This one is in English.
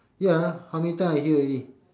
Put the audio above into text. ya how many time I hear already